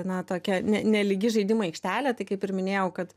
na tokia ne nelygi žaidimų aikštelė tai kaip ir minėjau kad